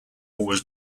was